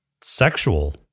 sexual